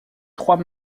trois